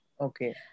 Okay